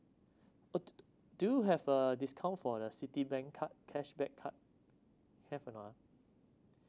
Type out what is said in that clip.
oh do you have a discount for the city bank card cashback card have or not